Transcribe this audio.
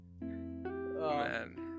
man